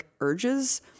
urges